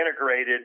integrated